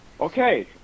okay